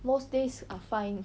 most days are fine